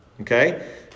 okay